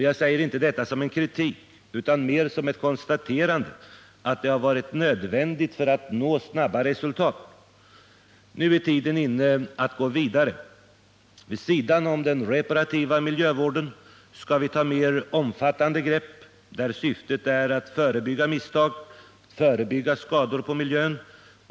Jag säger inte detta som kritik utan mer som ett konstaterande av att det har varit nödvändigt för att nå snabba resultat. Nu är tiden inne att gå vidare. Vid sidan om den reparativa miljövården skall vi ta mer omfattande grepp, där syftet är att förebygga misstag, att förebygga skador på miljön.